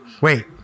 Wait